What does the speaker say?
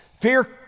Fear